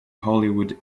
hollywood